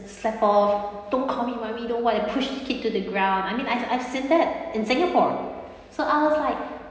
slap off don't call mummy know what then push the kid to the ground I mean I've I've seen that in singapore so I was like